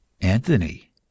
Anthony